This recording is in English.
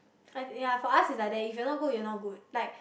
i~ ya for us it's like that if you're not good you're not good like